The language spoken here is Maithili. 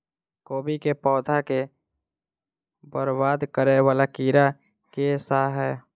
कोबी केँ पौधा केँ बरबाद करे वला कीड़ा केँ सा है?